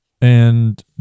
And